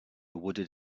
wooded